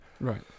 Right